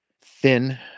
thin